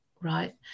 right